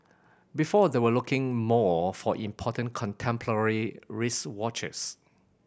before they were looking more for important contemporary wristwatches